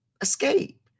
escape